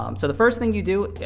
um so the first thing you do